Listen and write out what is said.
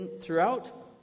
throughout